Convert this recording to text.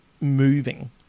moving